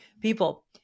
People